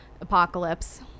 apocalypse